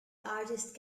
artist